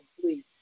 please